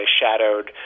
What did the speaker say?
shadowed